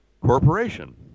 corporation